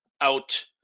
out